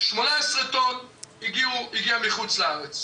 18 טון הגיעו מחו"ל,